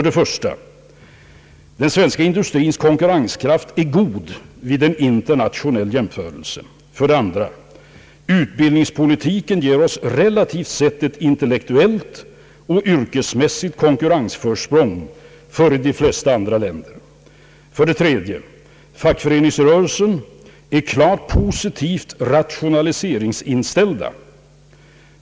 1) Den svenska industrins konkurrenskraft är god vid en internationell jämförelse. 2) Utbiidningspolitiken ger oss relativt sett ett intellektuellt och yrkesmässigt konkurrensförsprång före de flesta andra länder. 3) Fackföreningsrörelsen är klart positivt rationaliseringsinställd.